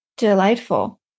delightful